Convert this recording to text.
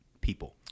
people